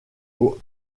aux